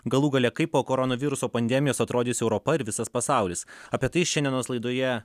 galų gale kaip po koronaviruso pandemijos atrodys europa ir visas pasaulis apie tai šiandienos laidoje